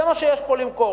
זה מה שיש פה למכור.